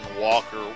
Walker